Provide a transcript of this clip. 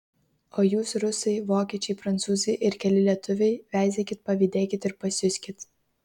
o jūs rusai vokiečiai prancūzai ir keli lietuviai veizėkit pavydėkit ir pasiuskit